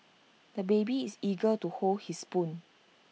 the baby is eager to hold his spoon